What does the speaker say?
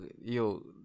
yo